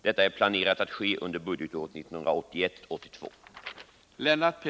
Detta är planerat att ske under budgetåret 1981/82.